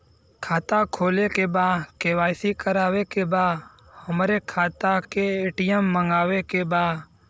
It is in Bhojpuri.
खाता खोले के बा के.वाइ.सी करावे के बा हमरे खाता के ए.टी.एम मगावे के बा?